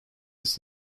its